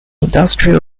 industrial